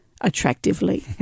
attractively